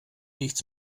nichts